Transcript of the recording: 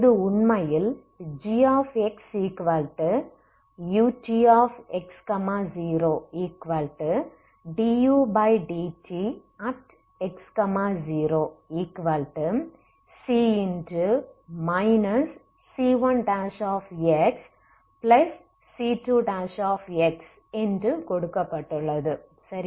இது உண்மையில் gxutx0 dudt|x0c c1xc2என்று கொடுக்கப்பட்டுள்ளது